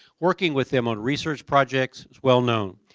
working with them on research projects is well known.